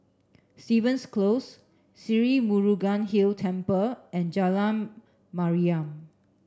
Stevens Close Sri Murugan Hill Temple and Jalan Mariam